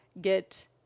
get